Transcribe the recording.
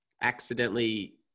accidentally